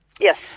Yes